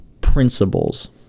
principles